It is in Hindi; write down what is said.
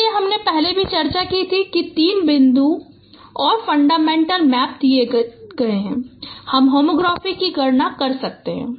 इसलिए हमने पहले भी चर्चा की थी कि तीन बिंदु और फंडामेंटल मैप तय किए गए हम होमोग्राफी की गणना कर सकते हैं